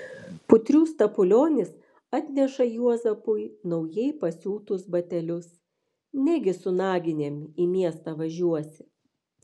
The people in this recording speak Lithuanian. putrių stapulionis atneša juozapui naujai pasiūtus batelius negi su naginėm į miestą važiuosi